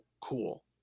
cool